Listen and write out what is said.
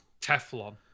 Teflon